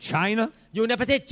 China